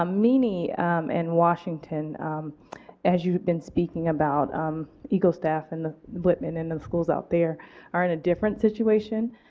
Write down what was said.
um meany and washington as you have been speaking about um eagle staff and whitman and and schools out there are in a different situation.